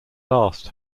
last